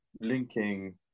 linking